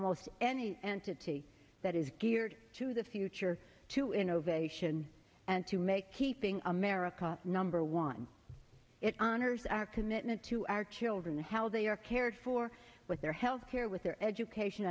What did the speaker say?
almost any entity that is geared to the future to innovation and to make keeping america number one it honors our commitment to our children how they are cared for with their health care with their education